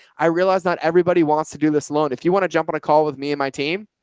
i realized not everybody wants to do this loan. if you want to jump on a call with me and my team,